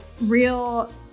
real